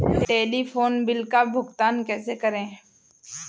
Telephone bill का भुगतान कैसे करें?